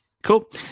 Cool